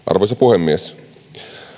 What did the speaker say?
arvoisa puhemies